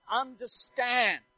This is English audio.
understand